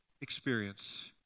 experience